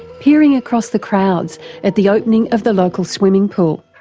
peering across the crowds at the opening of the local swimming pool,